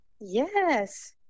Yes